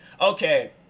Okay